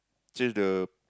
change the